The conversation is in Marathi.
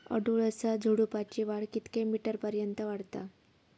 अडुळसा झुडूपाची वाढ कितक्या मीटर पर्यंत वाढता?